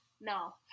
no